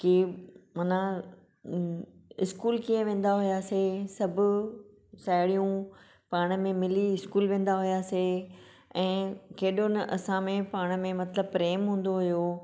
कि हुन इस्कूल कीअं वेंदा हुआसीं सभु साहेड़ियूं पाण में मिली इस्कूल वेंदा हुआसीं ऐं केॾो न असां में पाण में मतिलबु प्रेम हूंदो हुओ